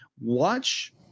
Watch